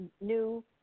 new